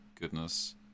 goodness